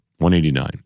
189